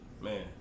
Man